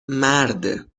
مرده